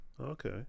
Okay